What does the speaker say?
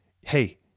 Hey